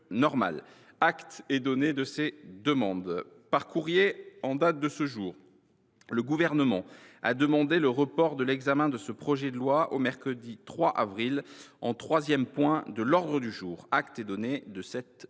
Acte est donné de ces demandes. Par courrier en date de ce jour, le Gouvernement a demandé le report de l’examen de ce même projet de loi au mercredi 3 avril, en troisième point de l’ordre du jour. Acte est donné de cette demande.